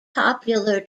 popular